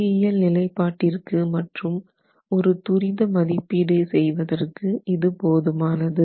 பொறியியல் நிலைப்பாட்டிற்கு மற்றும் ஒரு துரித மதிப்பீடு செய்வதற்கு இது போதுமானது